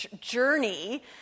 journey